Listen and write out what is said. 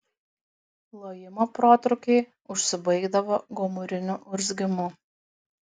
lojimo protrūkiai užsibaigdavo gomuriniu urzgimu